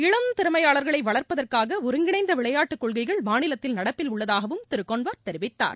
இளம் திறமையாளர்களை வளர்ப்பதற்காக ஒருங்கிணைந்த விளையாட்டு கொள்கைகள் மாநிலத்தில் நடப்பில் உள்ளதாகவும் திரு கொன்வார் தெரிவித்தார்